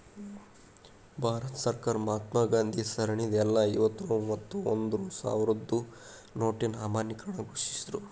ಭಾರತ ಸರ್ಕಾರ ಮಹಾತ್ಮಾ ಗಾಂಧಿ ಸರಣಿದ್ ಎಲ್ಲಾ ಐವತ್ತ ರೂ ಮತ್ತ ಒಂದ್ ರೂ ಸಾವ್ರದ್ ನೋಟಿನ್ ಅಮಾನ್ಯೇಕರಣ ಘೋಷಿಸಿದ್ರು